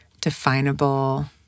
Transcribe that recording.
definable